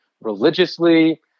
religiously